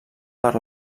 per